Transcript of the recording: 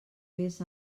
vés